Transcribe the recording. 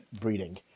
breeding